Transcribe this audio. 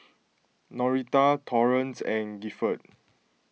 Norita Torrance and Gifford